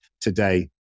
today